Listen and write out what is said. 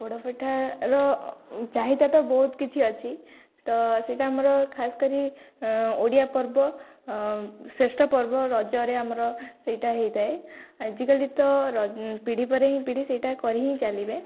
ପୋଡ଼ପିଠାର ଚାହିଦା ତ ବହୁତ କିଛି ଅଛି ତ ସେଇଟା ଆମର ଖାସ୍ କରି ଓଡ଼ିଆ ପର୍ବ ଶ୍ରେଷ୍ଠ ପର୍ବ ରଜରେ ଆମର ସେଇଟା ହେଇଥାଏ ଆଜିକାଲି ତ ପିଢ଼ି ପରେ ହିଁ ପିଢ଼ି ସେଇଟା କରି ହିଁ ଚାଲିବେ